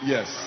Yes